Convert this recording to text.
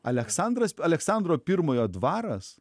aleksandras aleksandro pirmojo dvaras